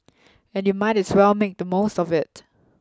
and you might as well make the most of it